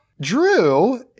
Drew